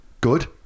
good